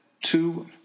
two